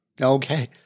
Okay